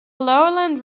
lowland